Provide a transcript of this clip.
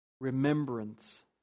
remembrance